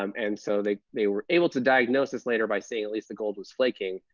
um and so they they were able to diagnose this later by saying, at least the gold was flaking.